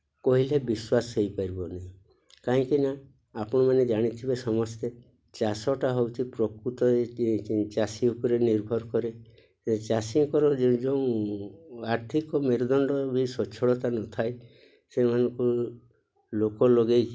କହିଲେ ବିଶ୍ୱାସ ହୋଇପାରିବନି କାହିଁକିନା ଆପଣମାନେ ଜାଣିଥିବେ ସମସ୍ତେ ଚାଷଟା ହେଉଛି ପ୍ରକୃତ ଚାଷୀ ଉପରେ ନିର୍ଭର କରେ ଚାଷୀଙ୍କର ଯେଉଁ ଆର୍ଥିକ ମେରୁଦଣ୍ଡ ବି ସ୍ୱଚ୍ଛଳତା ନଥାଏ ସେମାନଙ୍କୁ ଲୋକ ଲଗାଇକି